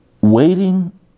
waiting